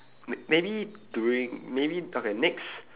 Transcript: may~ maybe during maybe okay next